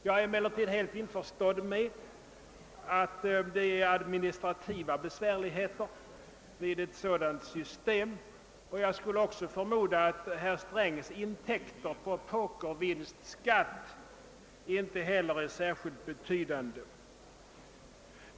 Jag är emellertid helt på det klara med att ett sådant system medför administrativa besvärligheter, och jag förmodar också att herr Strängs intäkter på pokervinstskatt inte är särskilt betydande.